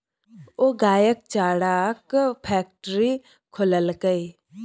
ओ गायक चाराक फैकटरी खोललकै